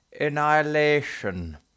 Annihilation